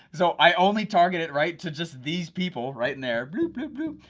so i only targeted, right, to just these people, right in there, bloop bloop bloop,